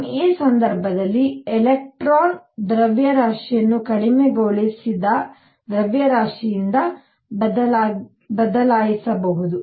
Me ಸಂದರ್ಭದಲ್ಲಿ electron ದ್ರವ್ಯರಾಶಿಯನ್ನು ಕಡಿಮೆಗೊಳಿಸಿದ ದ್ರವ್ಯರಾಶಿಯಿಂದ ಬದಲಾಯಿಸಲಾಗುತ್ತದೆ